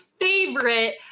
favorite